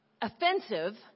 offensive